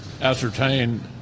ascertain